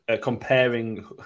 comparing